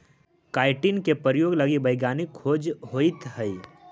chitin के प्रयोग लगी वैज्ञानिक खोज होइत हई